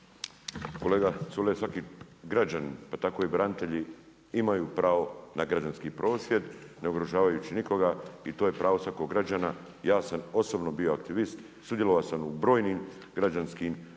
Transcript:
Kolega Culej svaki građanin pa tako i branitelji imaju pravo na građanski prosvjed, ne ugrožavajući nikoga i to je pravo svakog građana, ja sam osobno bio aktivist, sudjelovao sam u brojnim građanskim aktivnostima,